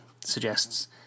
suggests